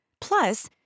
Plus